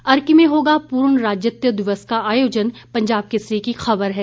अर्की में होगा पूर्ण राज्यत्व दिवस का आयोजन पंजाब केसरी की खबर है